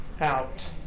out